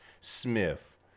Smith